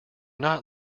not